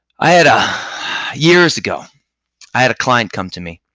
i had a years ago i had a client come to me